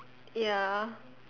ya